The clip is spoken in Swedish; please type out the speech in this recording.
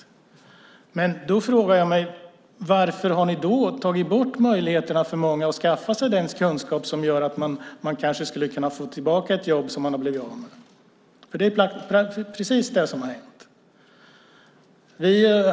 Men då frågar jag mig: Varför har ni då tagit bort möjligheterna för många att skaffa sig den kunskap som gör att man kanske skulle kunna få tillbaka ett jobb som man har blivit av med? Det är precis det som har hänt.